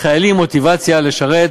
חיילים עם מוטיבציה לשרת